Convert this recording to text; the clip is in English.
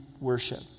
worship